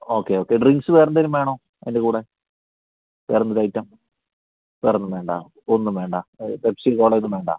okay okay drinks വേറെന്തേലും വേണോ അതിൻ്റെകൂടെ വേറെന്തേലും ഐറ്റം വേറൊന്നും വേണ്ട ഒന്നും വേണ്ട പെപ്സി കോള ഒന്നുംവേണ്ട